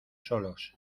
solos